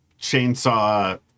chainsaw